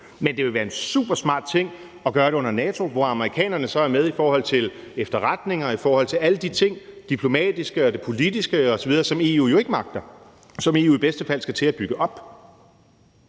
men det vil være en super smart ting at gøre det under NATO, hvor amerikanerne så er med i forhold til efterretninger, i forhold til alle de ting, det diplomatiske og det politiske osv., som EU jo ikke magter, og som EU i bedste fald skal til at bygge op.